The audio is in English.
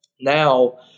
now